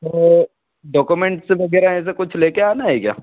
तो डोक्यूमेंट्स वग़ैरह ऐसा कुछ ले कर आना है क्या